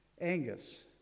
Angus